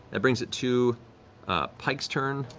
that brings it to pike's turn.